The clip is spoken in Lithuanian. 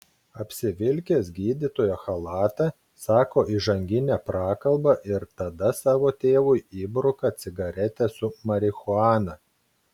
apsivilkęs gydytojo chalatą sako įžanginę prakalbą ir tada savo tėvui įbruka cigaretę su marihuana